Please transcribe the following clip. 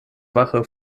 wache